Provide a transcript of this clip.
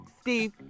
Steve